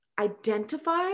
identify